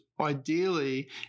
ideally